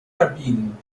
kabinen